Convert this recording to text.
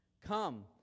Come